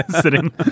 sitting